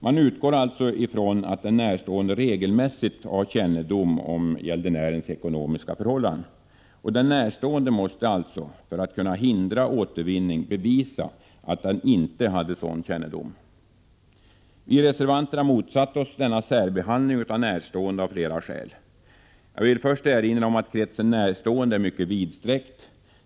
Man utgår således ifrån att den närstående regelmässigt har kännedom om gäldenärens ekonomiska förhållanden. För att hindra återvinning måste den närstående alltså bevisa att han inte har sådan kännedom. Vi reservanter har av flera skäl motsatt oss denna särbehandling av närstående. Jag vill först erinra om att kretsen närstående är mycket vidsträckt.